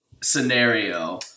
scenario